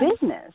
business